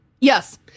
Yes